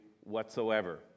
whatsoever